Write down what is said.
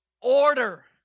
order